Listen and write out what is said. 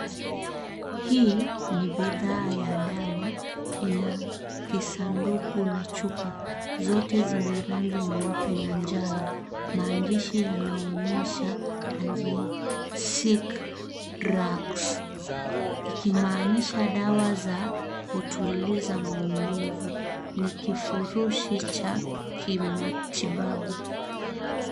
Hii ni bidhaa ya dawa, ina kisanduku na chupa. Zote zina rangi nyeupe na njano. Maandishi yanaonyesha ANALGESIC DRUGS , ikimaanisha dawa za kutuliza maumivu. Ni kifurushi cha kimatibabu.